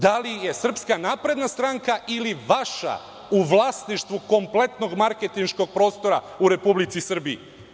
Da li je SNS ili vaša u vlasništvu kompletnog marketinškog prostora u Republici Srbiji?